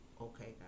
okay